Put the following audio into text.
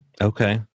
Okay